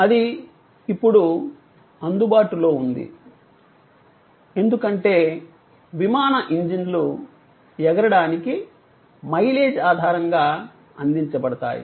అది ఇప్పుడు అందుబాటులో ఉంది ఎందుకంటే విమాన ఇంజిన్లు ఎగరడానికి మైలేజ్ ఆధారంగా అందించబడతాయి